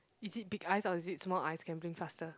is it big eyes or is it small eyes can blink faster